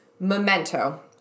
Memento